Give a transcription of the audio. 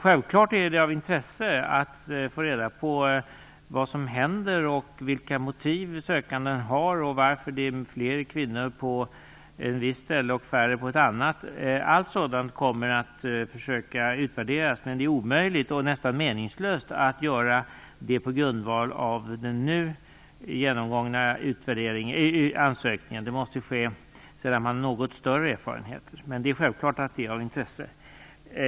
Självfallet är det av intresse att få reda på vad som händer, vilka motiv de sökande har och varför det är fler kvinnor på ett visst ställe och färre på ett annat. Allt sådant kommer man att försöka utvärdera, men det är omöjligt och nästan meningslöst att göra det på grundval av den nu genomgångna ansökningen. Det måste ske sedan man har något större erfarenhet. Det är självklart att det är av intresse.